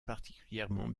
particulièrement